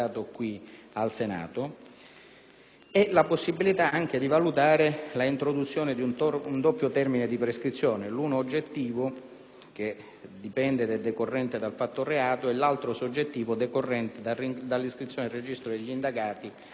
e la possibilità di valutare l'introduzione di un doppio termine di prescrizione: l'uno oggettivo, decorrente dal fatto-reato, e l'altro soggettivo, decorrente dall'iscrizione nel registro degli indagati del soggetto, (quindi molto più ristretto).